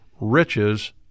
riches